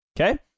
Okay